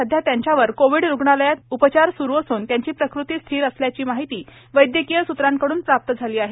सध्या त्यांच्यावर कोविड रुग्णालयात उपचार सुरू असून त्यांची प्रकृती स्थिर असल्याची माहिती वैद्यकीय सूत्रांकडून प्राप्त झाली आहे